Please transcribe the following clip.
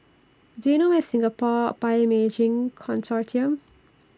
Do YOU know Where IS Singapore Bioimaging Consortium